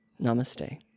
Namaste